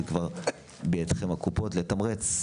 זה כבר בידכם, הקופות, לתמרץ.